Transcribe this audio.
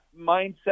mindset